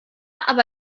aber